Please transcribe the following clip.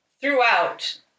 throughout